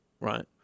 right